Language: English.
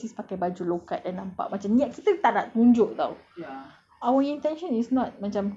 you know like macam dulu I never wear tudung then sis pakai baju low cut and nampak macam niat kita tak nak tunjuk [tau]